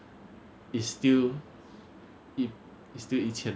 even when I learn by my own and then I do my own like payments and everything